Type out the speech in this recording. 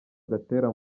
gatera